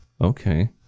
Okay